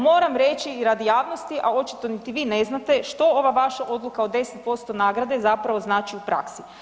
Moram reći radi javnosti a očito niti vi ne znate što ova vaša odluka o 10% nagrade zapravo znači u praksi.